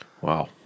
Wow